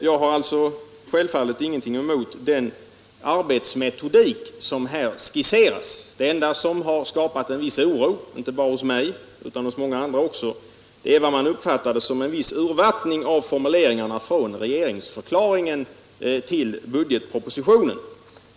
Jag har givetvis ingenting emot den arbetsmetodik som här skisseras. Det enda som har skapat en viss oro, inte bara hos mig utan också hos många andra, är vad man uppfattade som en viss urvattning av formuleringarna från regeringsförklaringen till budgetpropositionen.